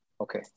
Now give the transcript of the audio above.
Okay